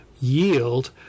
yield